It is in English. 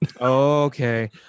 okay